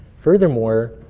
furthermore,